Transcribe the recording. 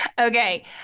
Okay